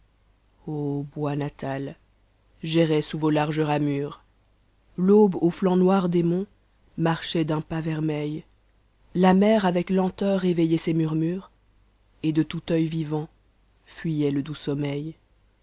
bois natals j'errais sous vos larges ramures l'aube aux canes noirs des monts marchait d'un pas la mer avec lenteur éveillait ses murmures vermeil et de tout œil vivant fuyait le doux sommeil